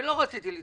ולא רציתי לדחות,